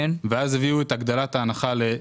ואז הביאו את הגדלת ההנחה לשקל.